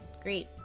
Great